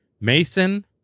Mason